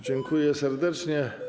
Dziękuję serdecznie.